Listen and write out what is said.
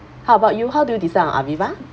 how about you how do you decide on aviva